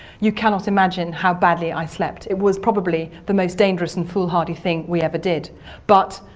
you cannot imagine how badly i slept. it was probably the most dangerous and foolhardy thing we ever did but,